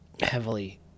heavily